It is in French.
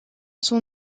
son